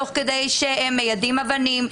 תוך כדי שהם מיידים אבנים,